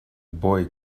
boy